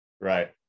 Right